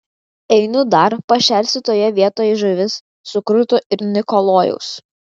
einu dar pašersiu toje vietoj žuvis sukruto ir nikolajus